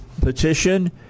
petition